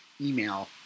email